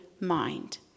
mind